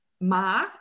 ma